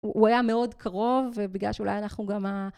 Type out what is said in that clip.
הוא היה מאוד קרוב ובגלל שאולי אנחנו גם...